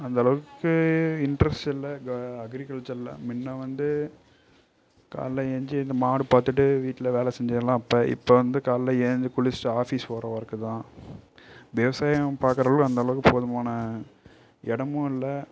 அந்தளவுக்கு இன்ட்ரஸ்ட் இல்லை அக்ரிகல்ச்சரில் முன்ன வந்து காலைல ஏஞ்சு இந்த மாடு பார்த்துட்டு வீட்டில் வேலை செஞ்சதெலாம் அப்போ இப்போ வந்து காலைல ஏந்து குளிச்சுட்டு ஆஃபீஸ் போகிற ஒர்க்தான் விவசாயம் பார்க்குறல அந்தளவுக்கு போதுமான இடமும் இல்லை